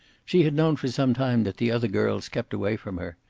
she had known for some time that the other girls kept away from her,